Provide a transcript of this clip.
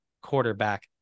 quarterback